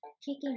kicking